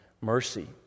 mercy